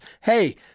hey